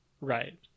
Right